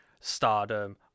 Stardom